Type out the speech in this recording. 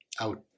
out